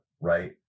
right